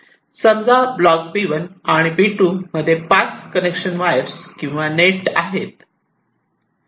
समजा block B1 आणि B2 मध्ये 5 कनेक्शन वायर्स किंवा नेट आहे